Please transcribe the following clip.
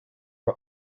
are